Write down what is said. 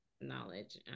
knowledge